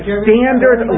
standard